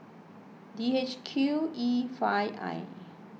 D H Q E five I